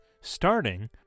starting